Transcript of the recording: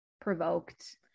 provoked